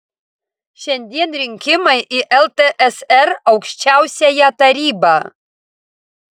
šiandien rinkimai į ltsr aukščiausiąją tarybą